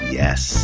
yes